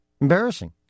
Embarrassing